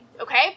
Okay